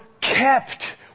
kept